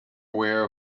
aware